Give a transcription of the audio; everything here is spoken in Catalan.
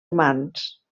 humans